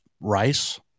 rice